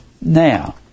now